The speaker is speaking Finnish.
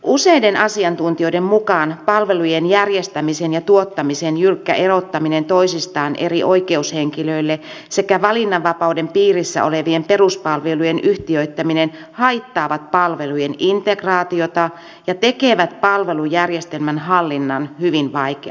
useiden asiantuntijoiden mukaan palvelujen järjestämisen ja tuottamisen jyrkkä erottaminen toisistaan eri oikeushenkilöille sekä valinnanvapauden piirissä olevien peruspalvelujen yhtiöittäminen haittaavat palvelujen integraatiota ja tekevät palvelujärjestelmän hallinnan hyvin vaikeaksi